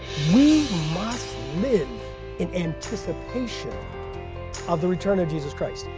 we must live in anticipation of the return of jesus christ.